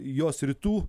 jos rytų